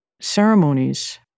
ceremonies